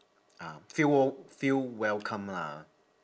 ah feel we~ feel welcome lah